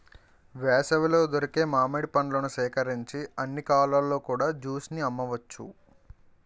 వేసవిలో దొరికే మామిడి పండ్లను సేకరించి అన్ని కాలాల్లో కూడా జ్యూస్ ని అమ్మవచ్చు